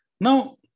Now